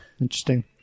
interesting